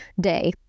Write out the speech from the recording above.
day